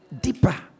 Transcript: Deeper